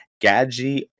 gadji